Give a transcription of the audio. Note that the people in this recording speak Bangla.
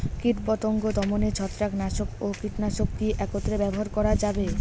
কীটপতঙ্গ দমনে ছত্রাকনাশক ও কীটনাশক কী একত্রে ব্যবহার করা যাবে?